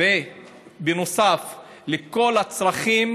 ובנוסף לכל הצרכים